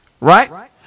Right